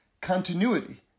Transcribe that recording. continuity